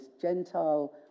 Gentile